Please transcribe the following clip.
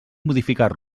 modificar